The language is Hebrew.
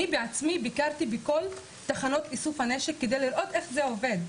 אני בעצמי ביקרתי בכל תחנות איסוף הנשק כדי לראות איך זה עובד.